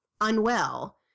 unwell